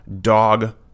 dog